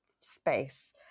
space